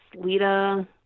lita